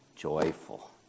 joyful